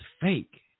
fake